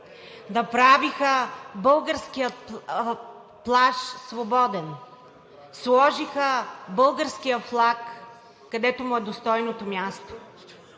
направиха българския плаж свободен, сложиха българския флаг, където му е достойното място.